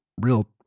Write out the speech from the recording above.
real